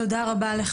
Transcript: תודה רבה.